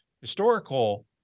historical